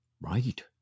Right